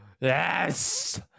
Yes